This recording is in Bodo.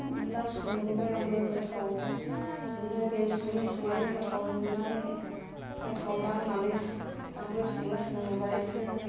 मेरला संबोबाय आंबो गोथाव बिदिनो गेमस्रिनि संनायनि गोथाव नुनानै गोथावन्दां होननानै आंबो संनो सोलोंबोबाय बेदिनो